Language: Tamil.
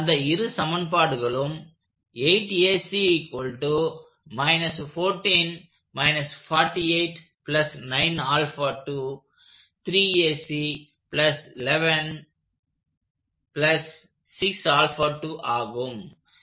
அந்த இரு சமன்பாடுகளும் ஆகும்